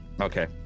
Okay